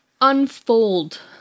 unfold